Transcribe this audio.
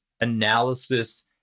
analysis